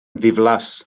ddiflas